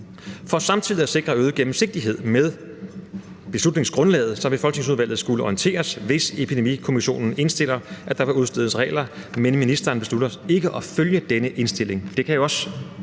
For samtidig at sikre øget gennemsigtighed i beslutningsgrundlaget vil folketingsudvalget skulle orienteres, hvis epidemikommissionen indstiller, at der skal udstedes regler, men ministeren beslutter ikke at følge den indstilling. Så skal man også